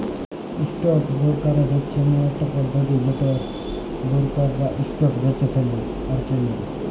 stock brokerage হচ্যে ইমন একট পধতি যেটতে বোরকাররা ইসটক বেঁচে আর কেলে